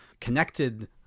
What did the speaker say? connected